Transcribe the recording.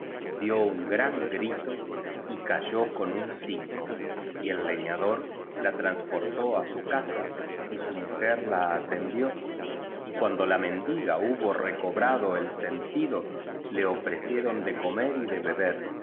dio un gran grito y cayó con un síncope y el leñador la transportó á su casa y su mujer la atendió y cuando la mendiga hubo recobrado el biblioteca nacional de españa la españa moderna sentido le ofrecieron de comer y de beber